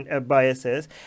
biases